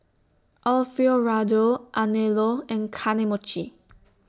Alfio Raldo Anello and Kane Mochi